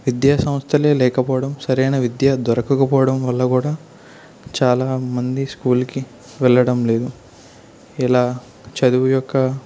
విద్యాసంస్థలే లేకపోవడం సరైన విద్య దొరకకపోవడం వల్ల కూడా చాలామంది స్కూల్కి వెళ్ళడం లేదు ఇలా చదువు యొక్క